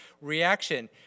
reaction